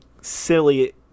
silly